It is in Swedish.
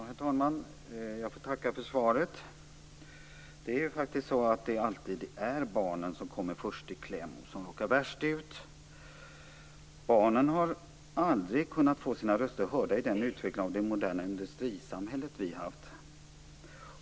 Herr talman! Jag får tacka för svaret. Det är alltid barnen som kommer först i kläm och som råkar värst ut. Barnen har aldrig kunnat få sina röster hörda i den utveckling av det moderna industrisamhället vi haft.